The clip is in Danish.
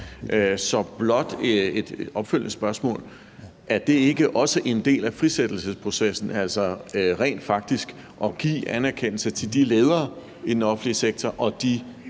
har blot et opfølgende spørgsmål: Er det ikke også en del af frisættelsesprocessen, altså rent faktisk at give anerkendelse til de ledere i den offentlige sektor og de